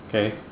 okay